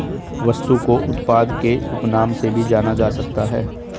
वस्तु को उत्पाद के उपनाम से भी जाना जा सकता है